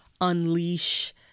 unleash